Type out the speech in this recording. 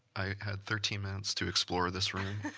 i had thirteen minutes to explore this room,